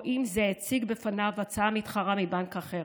או אם זה הציג בפניו הצעה מתחרה מבנק אחר.